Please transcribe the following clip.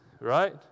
right